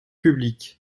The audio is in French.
publics